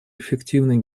эффективной